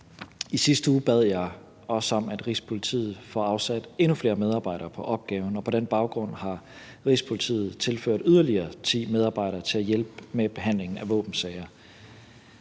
I sidste uge bad jeg også om, at Rigspolitiet får afsat endnu flere medarbejdere til opgaven, og på den baggrund har Rigspolitiet tilført yderligere ti medarbejdere til at hjælpe med behandlingen af våbensager.